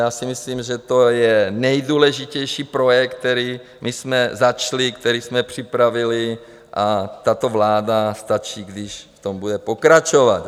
Já si myslím, že to je nejdůležitější projekt, který jsme začali, který jsme připravili, a tato vláda stačí, když v tom bude pokračovat.